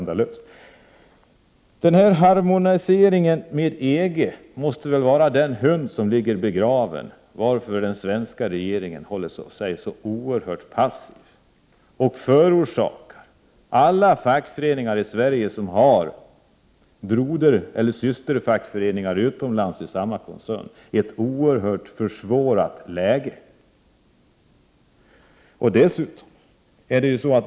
Här ligger en hund begraven: Harmoniseringen med EG måste väl vara förklaringen till att den svenska regeringen förhåller sig så oerhört passiv och försvårar läget för alla fackföreningar i Sverige som har brodereller systerorganisationer i den egna koncernen utomlands.